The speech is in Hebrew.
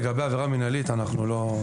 לגבי עבירה מינהלית אנחנו לא.